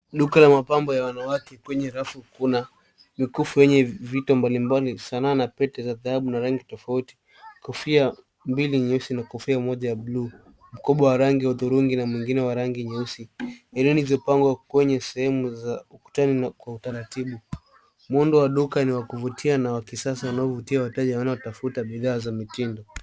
Duka la mapambo ya wanawake. Kwenye rafu kuna mikufu yenye uzito mbalimbali, sana na pete za rangi tofauti, kofia mbili nyeusi na kofia moja ya buluu, mkoba wa rangi ya hudhurungi na mwengine wa rangi nyeusi. Herini zilizopangwa kwenye sehemu za ukutani na kwa utaratibu. Muundo wa duka ni wa kuvutia na wa kisasa unaovutia wateja wanaotafuta bidhaa za mitindo.